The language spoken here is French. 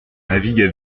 navigue